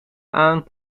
aan